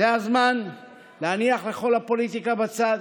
זה הזמן להניח לכל הפוליטיקה בצד,